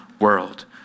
world